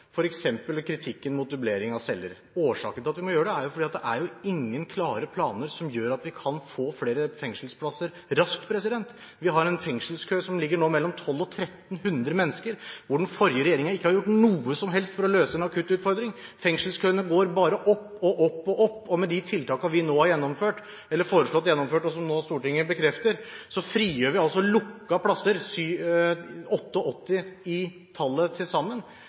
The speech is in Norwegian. kritikken mot dublering av celler. Årsaken til at vi må gjøre det, er at det er ingen klare planer som gjør at vi kan få flere fengselsplasser raskt. Vi har en fengselskø som nå ligger på mellom 1 200 og 1 300 mennesker, og den forrige regjeringen har ikke gjort noe som helst for å løse en akutt utfordring. Fengelskøene går bare opp og opp og opp. Med de tiltakene vi nå har foreslått gjennomført, og som Stortinget bekrefter, frigjør vi lukkede plasser, 88 i tallet til sammen,